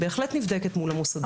היא בהחלט נבדקת מול המוסדות.